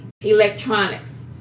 electronics